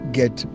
get